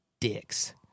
dicks